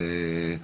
אני לא יודע.